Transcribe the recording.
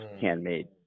handmade